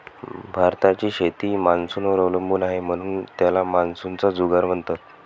भारताची शेती मान्सूनवर अवलंबून आहे, म्हणून त्याला मान्सूनचा जुगार म्हणतात